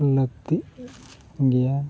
ᱞᱟᱹᱠᱛᱤ ᱜᱮᱭᱟ